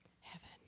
Heaven